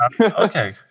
Okay